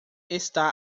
está